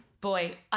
Boy